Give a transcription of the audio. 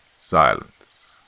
Silence